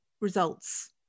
results